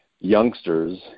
youngsters